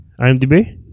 IMDb